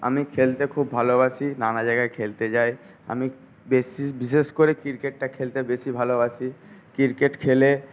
আমি খেলতে খুব ভালোবাসি নানা জায়গায় খেলতে যাই আমি বেশি বিশেষ করে ক্রিকেটটা খেলতে বেশি ভালোবাসি ক্রিকেট খেলে